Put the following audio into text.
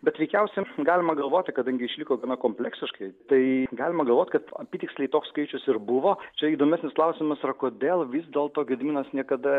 bet veikiausia galima galvoti kadangi išliko gana kompleksiškai tai galima galvot kad apytiksliai toks skaičius ir buvo čia įdomesnis klausimas yra kodėl vis dėlto gediminas niekada